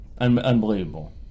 Unbelievable